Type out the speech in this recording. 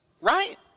Right